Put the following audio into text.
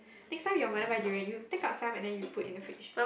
next time your mother buy durian you take out some and then you put in the fridge